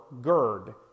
GERD